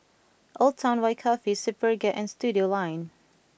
Old Town White Coffee Superga and Studioline